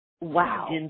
Wow